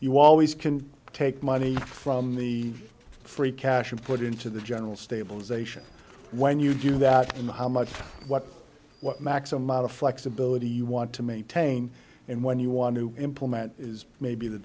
you always can take money from the free cash and put it into the general stabilization when you do that in the how much what what max amount of flexibility you want to maintain and when you want to implement is maybe the